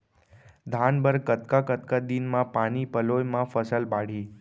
धान बर कतका कतका दिन म पानी पलोय म फसल बाड़ही?